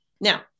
Now